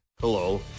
Hello